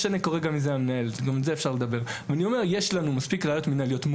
יש מספיק ראיות מנהליות,